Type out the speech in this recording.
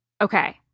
Okay